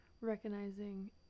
recognizing